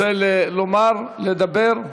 רוצה לדבר?